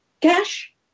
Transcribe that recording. cash